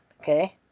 okay